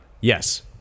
yes